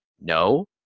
no